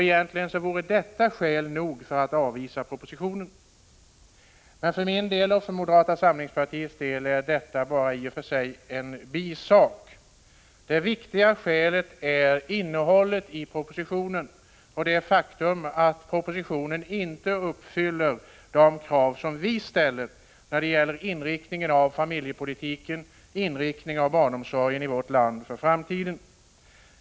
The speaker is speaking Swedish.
Egentligen vore detta skäl nog att avvisa propositionen. Men för min del och för moderata samlingspartiets del är detta i och för sig en bisak. Det viktiga skälet för vårt avslagsyrkande är innehållet i propositionen. Propositionens förslag uppfyller inte de krav som vi ställer när det gäller inriktningen av familjepolitiken, inriktningen av barnomsorgen i vårt land för framtiden.